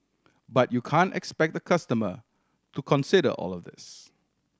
but you can expect a customer to consider all of this